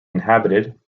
inhabited